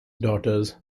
daughters